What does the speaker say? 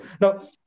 Now